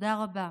תודה רבה.